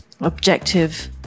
objective